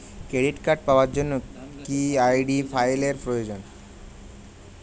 Credit card পাওয়ার জন্য কি আই.ডি ফাইল এর প্রয়োজন?